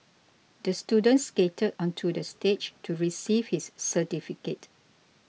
the student skated onto the stage to receive his certificate